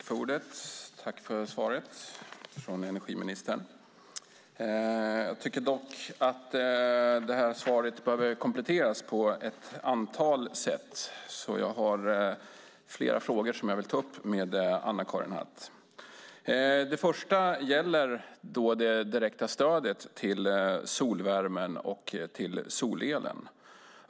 Fru talman! Tack för svaret från energiministern! Jag tycker dock att svaret behöver kompletteras på ett antal sätt, och jag har flera frågor som jag vill ta upp med Anna-Karin Hatt. Det första gäller det direkta stödet till solvärmen och solelen.